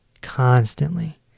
constantly